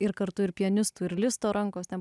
ir kartu ir pianistų ir listo rankos ten